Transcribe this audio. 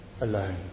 alone